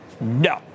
No